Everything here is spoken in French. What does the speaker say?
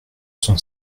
sont